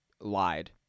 lied